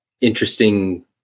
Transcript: interesting